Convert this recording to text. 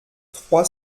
trois